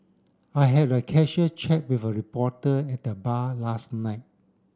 I had a casual chat with a reporter at the bar last night